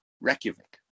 Reykjavik